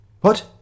What